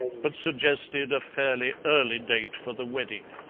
but suggested a fairly early date for the wedding.